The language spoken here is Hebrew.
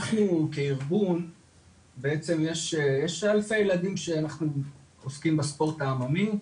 אנחנו כארגון בעצם יש אלפי ילדים שאנחנו עוסקים בספורט העממי,